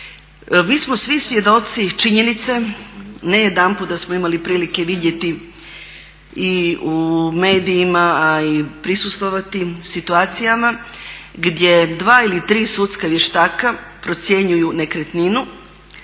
Mi smo svi svjedoci činjenice, ne jedanput da smo imali prilike vidjeti i u medijima a i prisustvovati situacijama gdje dva ili tri sudska vještaka procjenjuju nekretninu